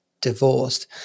divorced